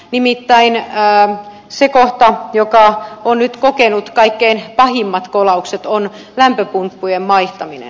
nimittäin se kohta joka on nyt kokenut kaikkein pahimmat kolaukset on lämpöpumppujen vaihtaminen